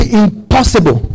impossible